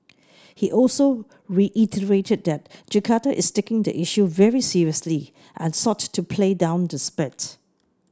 he also reiterated that Jakarta is taking the issue very seriously and sought to play down the spat